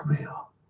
real